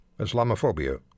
Islamophobia